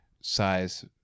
size